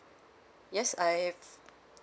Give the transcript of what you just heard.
yes I have